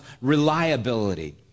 reliability